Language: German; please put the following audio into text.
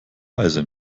weise